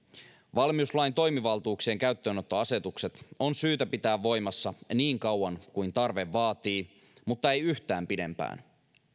valmiuslain toimivaltuuksien käyttöönottoasetukset on syytä pitää voimassa niin kauan kuin tarve vaatii mutta ei yhtään pidempään